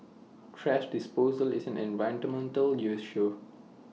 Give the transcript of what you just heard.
thrash disposal is an issue